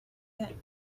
get